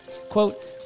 Quote